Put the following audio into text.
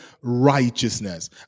righteousness